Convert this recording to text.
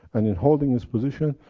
and in holding its position,